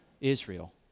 Israel